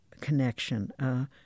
connection